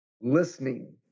listening